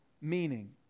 meaning